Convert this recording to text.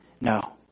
No